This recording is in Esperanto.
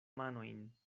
manojn